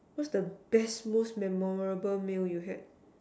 what's the best more memorable meal you had